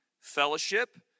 fellowship